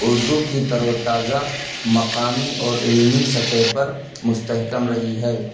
اردو کی تر و تازہ مقامی اور علمی سطح پر مستحکم رہی ہے